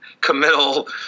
committal